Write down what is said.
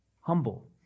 Humble